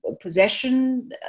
possession